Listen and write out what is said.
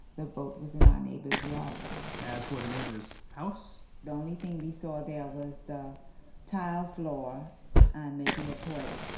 the boat was in the ah neighbor's yard as for the neighbor's house, the only thing we saw there was the tile floor and maybe a toilet.